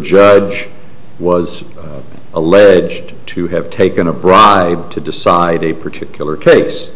judge was alleged to have taken a bribe to decide a particular case